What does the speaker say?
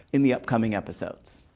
in the upcoming episodes.